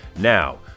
Now